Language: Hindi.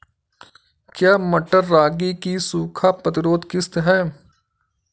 क्या मटर रागी की सूखा प्रतिरोध किश्त है?